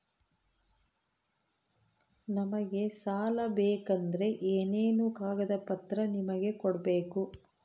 ನಮಗೆ ಸಾಲ ಬೇಕಂದ್ರೆ ಏನೇನು ಕಾಗದ ಪತ್ರ ನಿಮಗೆ ಕೊಡ್ಬೇಕು?